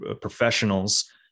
professionals